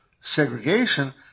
segregation